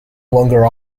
longer